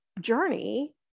journey